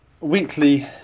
weekly